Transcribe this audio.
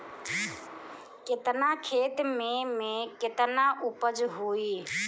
केतना खेत में में केतना उपज होई?